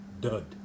dud